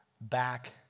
back